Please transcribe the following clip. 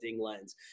lens